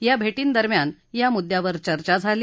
या भेटींदरम्यान या मुद्यावर चर्चा झाली